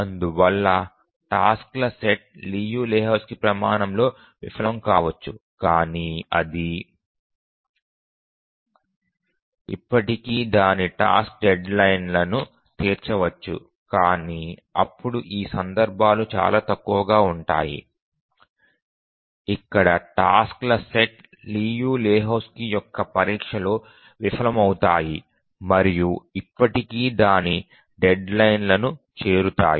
అందువల్ల టాస్క్ ల సెట్ లియు లెహోజ్కీ ప్రమాణంలో విఫలం కావచ్చు కానీ అది ఇప్పటికీ దాని టాస్క్ డెడ్లైన్లను తీర్చవచ్చు కాని అప్పుడు ఈ సందర్భాలు చాలా తక్కువగా ఉంటాయి ఇక్కడ టాస్క్ ల సెట్ లియు లెహోజ్కీ యొక్క పరీక్షలో విఫలమవుతాయి మరియు ఇప్పటికీ దాని డెడ్లైన్లను చేరుతాయి